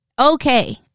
okay